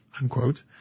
unquote